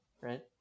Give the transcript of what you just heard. right